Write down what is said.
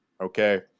okay